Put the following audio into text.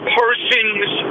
person's